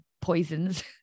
poisons